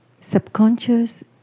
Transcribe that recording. subconscious